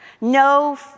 No